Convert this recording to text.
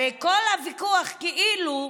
הרי כל הוויכוח, כאילו,